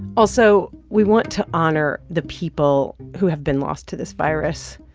also, we want to honor the people who have been lost to this virus.